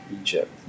Egypt